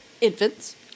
Infants